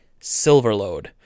Silverload